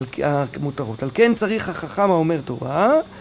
המותרות. על כן צריך החכם האומר תורה